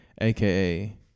aka